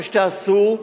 מה שתעשו.